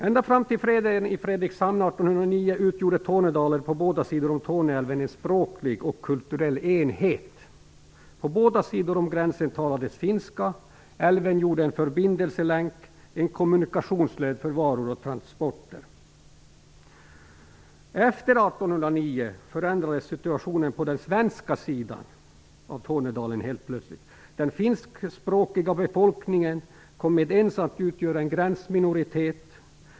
Ända fram till freden i Fredrikshamn 1809 utgjorde Tornedalen på båda sidor om Torneälven en språklig och kulturell enhet. På båda sidor om gränsen talades finska. Älven utgjorde en förbindelselänk och en kommunikationsled för varor och transporter. Efter 1809 förändrades situationen på den svenska sidan av Tornedalen helt plötsligt. Den finskspråkiga befolkningen kom med ens att utgöra en gränsminoritet.